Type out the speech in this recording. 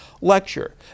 lecture